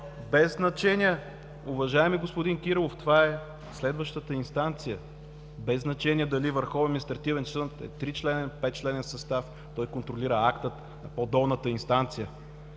без значение, уважаеми господин Кирилов, това е следващата инстанция, без значение дали Върховният административен съд е тричленен, петчленен състав. Той контролира акта на по-долната инстанция.